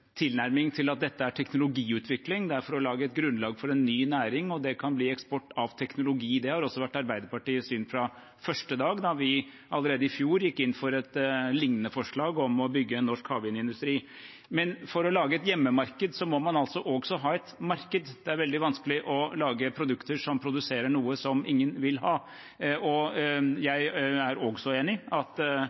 tilnærming til at dette er teknologiutvikling – det er for å lage et grunnlag for en ny næring, og det kan bli eksport av teknologi. Det har også vært Arbeiderpartiets syn fra første dag, da vi allerede i fjor gikk inn for et lignende forslag om å bygge en norsk havvindindustri. Men for å lage et hjemmemarked må man også ha et marked – det er veldig vanskelig å lage produkter som produserer noe som ingen vil ha. Jeg er også enig i at